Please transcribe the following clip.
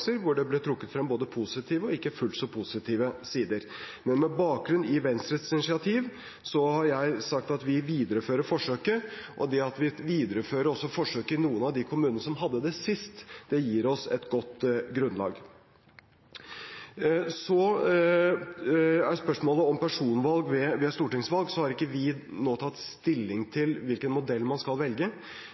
hvor det ble trukket frem både positive og ikke fullt så positive sider. Men med bakgrunn i Venstres initiativ har jeg sagt at vi viderefører forsøket, og det at vi viderefører forsøket også i noen av de kommunene som hadde det sist, gir oss et godt grunnlag. Så til spørsmålet om personvalg ved stortingsvalg. Vi har ikke nå tatt stilling til hvilken modell man skal velge,